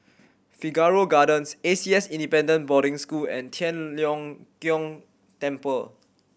Figaro Gardens A C S Independent Boarding School and Tian Leong Keng Temple